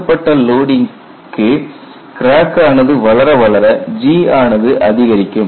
கொடுக்கப்பட்ட லோடிங்க்கு கிராக் ஆனது வளர வளர G ஆனது அதிகரிக்கும்